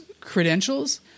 credentials